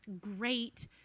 great